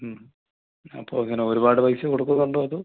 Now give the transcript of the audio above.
അപ്പോൾ ഇങ്ങനെ ഒരുപാട് പൈസ കൊടുക്കുന്നുണ്ടോ അതോ